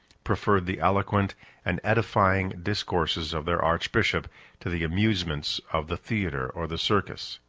preferred the eloquent and edifying discourses of their archbishop to the amusements of the theatre or the circus.